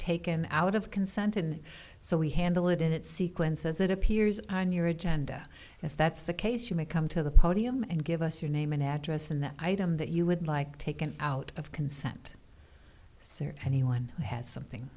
taken out of consented so we handle it in its sequence as it appears on your agenda if that's the case you may come to the podium and give us your name and address and the item that you would like taken out of consent there anyone has something